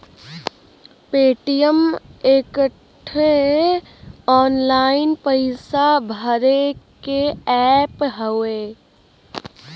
Paytm एक ठे online पइसा भरे के ऐप हउवे